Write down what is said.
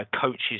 coaches